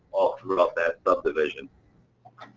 all throughout that subdivision.